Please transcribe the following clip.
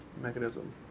mechanism